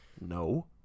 no